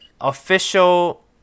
official